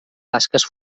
tasques